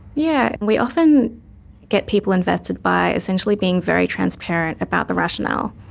yeah we often get people invested by essentially being very transparent about the rationale.